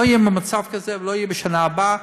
לא תהיה במצב כזה ולא תהיה בשנה הבאה,